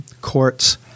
Court's